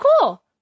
cool